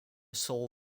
soul